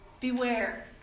beware